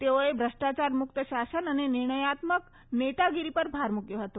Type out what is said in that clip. તેઓએ ભ્રષ્ટાચાર મુકત શાસન અને નિર્ણયાત્મક નેતાગીરી પર ભાર મુકથો હતો